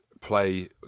play